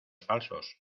falsos